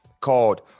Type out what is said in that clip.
called